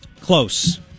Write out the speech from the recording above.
Close